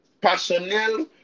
personnel